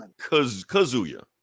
Kazuya